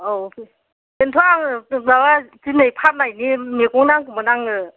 औ बेन्थ' आङो माबा दिनै फाननायनि मैगं नांगौमोन आंनो